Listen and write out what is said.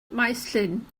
maesllyn